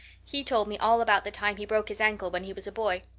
he told me all about the time he broke his ankle when he was a boy.